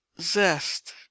zest